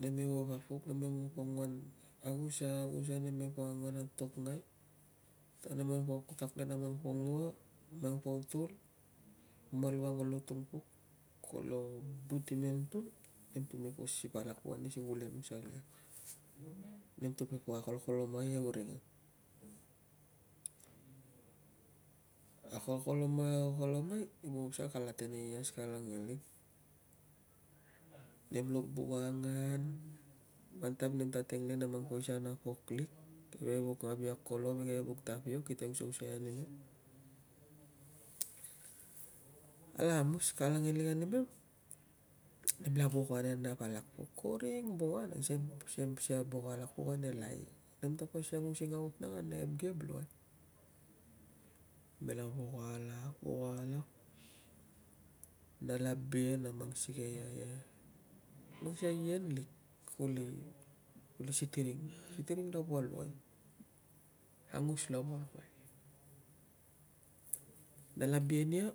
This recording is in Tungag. Teneivauk pok namempo angoan agusa, agusa. Namempo angoan atokngai ta namempo tak le na mang pongua, mang potul. Malu ang kolo tung puk, kolo but imemtul, nemtul me po sip alak pok ane si kulenusa ke, nemtul me po akolkolemai euringang. Akolkolemai, akolkolemai pasa pasal kala tenei ias, kala ngelik, nemlo buk angan. Mantab nem ta teng le na mang poisa na pok lik, keve vuk ngavia kolo na ke vuk tapiok kita usausa ia animem. Kala kamus, kala ngelik animem, nemla voko anananap alak pok. Ko ring vunga nang siem, siem an voko alak pok ane lai. Nemta pasal using aut ane kebkeb luai. Nemela voko alak, voko alak, nala bien a mang sikei a, mang sikei a ien lik kuli sitiring, sitiring lava luai, angus lava luai. Nala bien ia,